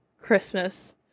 christmas